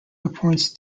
appoints